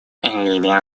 ливия